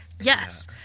Yes